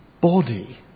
body